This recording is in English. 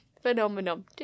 phenomenon